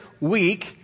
week